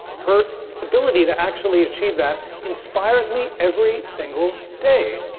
her ability to actually achieve that inspires me every single day.